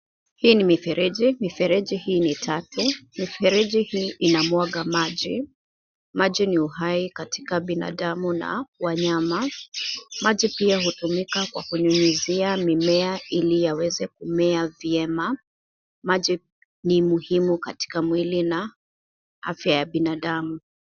Hii ni mifereji. Mifereji hii ni tatu. Mifereji hii inamwaga maji, maji ni uhai katika binadamu na wanyama. Maji pia hutumika kwa kunyunyizia mimea ili iweze kumea vyema maji ni muhimu katika mwili na afya ya binadamu.